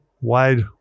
wide